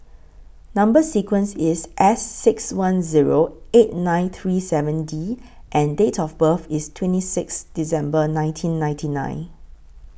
Number sequence IS S six one Zero eight nine three seven D and Date of birth IS twenty six December nineteen ninety nine